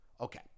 Okay